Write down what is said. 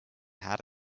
had